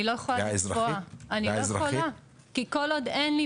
אני לא יכולה לתבוע כי כל עוד אין לי